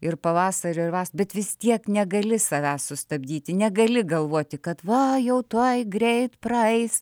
ir pavasario ir vasaros bet vis tiek negali savęs sustabdyti negali galvoti kad va jau tuoj greit praeis